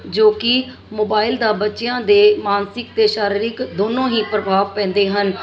ਜੋ ਕਿ ਮੋਬਾਈਲ ਦਾ ਬੱਚਿਆਂ ਦੇ ਮਾਨਸਿਕ ਅਤੇ ਸਾਰੀਰਕ ਦੋਨੋਂ ਹੀ ਪ੍ਰਭਾਵ ਪੈਂਦੇ ਹਨ